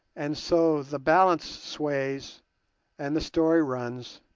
and so the balance sways and the story runs